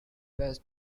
best